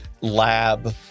lab